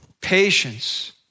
patience